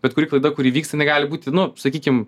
bet kuri klaida kuri įvyksta jinai gali būti nu sakykim